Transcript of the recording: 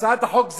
הצעת החוק,